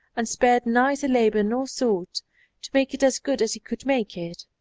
and spared neither labor nor thought to make it as good as he could make it.